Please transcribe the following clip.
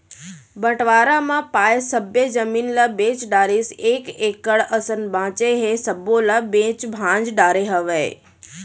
बंटवारा म पाए सब्बे जमीन ल बेच डारिस एक एकड़ असन बांचे हे सब्बो ल बेंच भांज डरे हवय